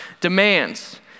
demands